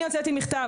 אני הוצאתי מכתב,